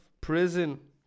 prison